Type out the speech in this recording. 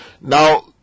Now